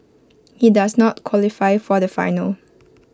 he does not qualify for the final